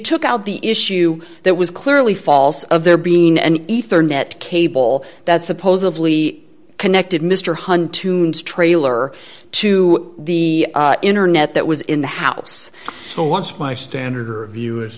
took out the issue that was clearly false of there being an ether net cable that supposedly connected mr huhne tunes trailer to the internet that was in the house so once my standard your view